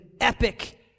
epic